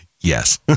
yes